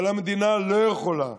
אבל המדינה לא יכולה,